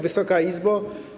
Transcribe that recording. Wysoka Izbo!